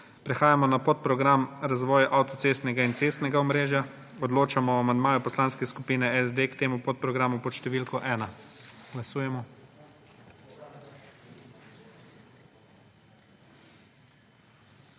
Prehajamo na podprogram Razvoj avtocestnega in cestnega omrežja. Odločamo o amandmaju Poslanske skupine SD k temu podprogramu pod številko 1. Glasujemo.